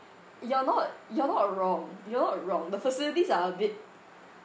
you're not you're not wrong you're not wrong the facilities are a bit